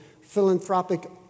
philanthropic